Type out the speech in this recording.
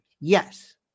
Yes